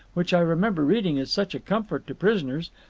which i remember reading is such a comfort to prisoners.